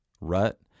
rut